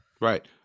Right